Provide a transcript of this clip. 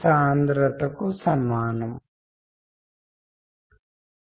soft స్కిల్స్మృదువైన నైపుణ్యాలు మరియు కమ్యూనికేషన్ మధ్య సంబంధాన్ని ఇప్పుడు మీతో వెంటనే పంచుకుంటాను